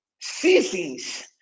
seasons